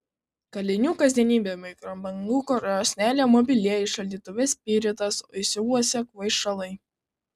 kalinių kasdienybė mikrobangų krosnelėje mobilieji šaldytuve spiritas įsiuvuose kvaišalai